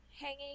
hanging